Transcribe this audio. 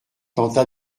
tenta